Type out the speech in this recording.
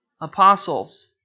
apostles